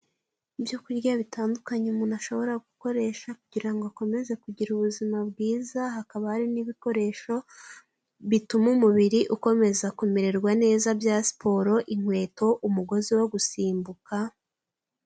Ibyo kurya bitandukanye umuntu ashobora gukoresha kugira ngo akomeze kugira ubuzima bwiza hakaba hari n'ibikoresho bituma umubiri ukomeza kumererwa neza bya siporo, inkweto, umugozi wo gusimbuka.